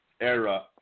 era